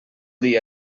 dir